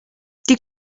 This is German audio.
die